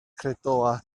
credoau